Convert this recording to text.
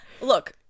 look